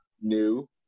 new